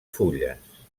fulles